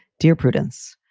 dear prudence,